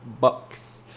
Bucks